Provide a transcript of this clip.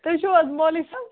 تُہۍ چھِو حظ مولوِی صٲب